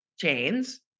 Chains